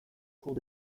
cours